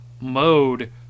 mode